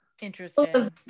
interesting